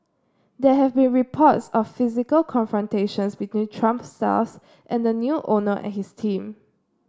there have been reports of physical confrontations between Trump staff and the new owner and his team